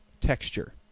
texture